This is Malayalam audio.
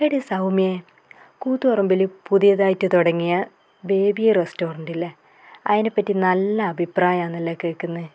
എടി സൗമ്യേ കൂത്തു പറമ്പിൽ പുതിയതായിട്ട് തുടങ്ങിയ ബേബി റസ്റ്റോറൻറ് ഇല്ലേ അതിനെ പറ്റി നല്ല അഭിപ്രായം ആണല്ലോ കേൾക്കുന്നത്